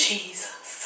Jesus